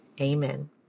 Amen